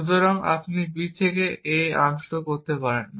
সুতরাং আপনি b থেকে a আনস্ট্যাক করতে পারেন